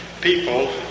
people